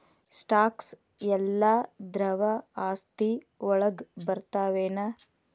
Stocks ಯೆಲ್ಲಾ ದ್ರವ ಆಸ್ತಿ ವಳಗ್ ಬರ್ತಾವೆನ?